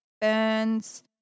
burns